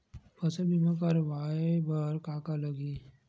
फसल बीमा करवाय बर का का लगही?